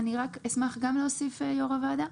אני אשמח להוסיף, יו"ר הוועדה.